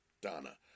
Donna